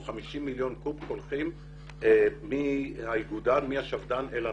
50 מיליון קוב קולחין מהשפדן אל הנגב.